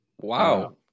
Wow